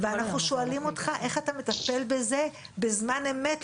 ואנחנו שואלים אותך איך אתה מטפל בזה בזמן אמת,